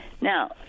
Now